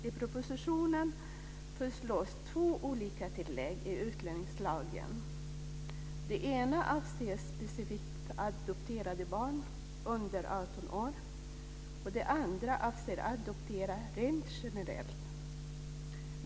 I propositionen föreslås två olika tillägg i utlänningslagen. Det ena avser specifikt adopterade barn under 18 år, och det andra avser adopterade rent generellt.